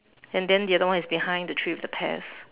and then the other one is behind the tree with the pears